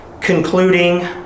concluding